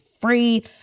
free